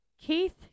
Keith